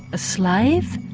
a slave?